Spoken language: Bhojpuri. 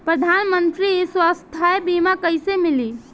प्रधानमंत्री स्वास्थ्य बीमा कइसे मिली?